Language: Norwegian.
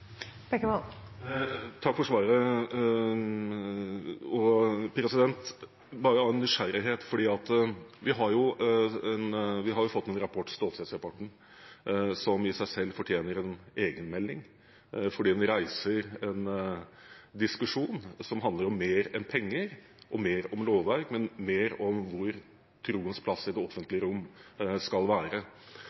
Bekkevold – til oppfølgingsspørsmål. Takk for svaret. Bare av nysgjerrighet: Vi har fått en rapport, Stålsett-rapporten, som i seg selv fortjener en egen melding fordi den reiser en diskusjon som handler om mer enn penger og mer enn lovverk, men mer om hvor troens plass i det offentlige rom skal være.